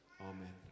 Amen